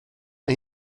mae